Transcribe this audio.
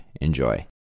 Enjoy